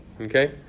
Okay